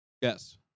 Yes